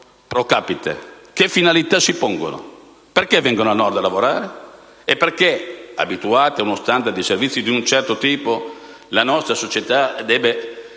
*pro capite*? Che finalità si pongono? Perché vengono a lavorare al Nord? Perché, abituata ad uno *standard* di servizi di un certo tipo, la nostra società deve